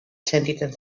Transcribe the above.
sentitzen